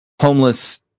homeless